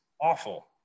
awful